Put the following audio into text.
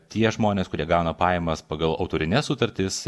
tie žmonės kurie gauna pajamas pagal autorines sutartis